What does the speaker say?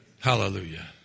Hallelujah